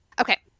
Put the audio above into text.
Okay